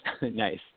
Nice